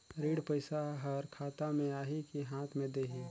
ऋण पइसा हर खाता मे आही की हाथ मे देही?